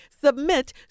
Submit